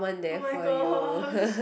oh-my-gosh